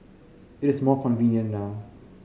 it is more convenient now